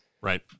right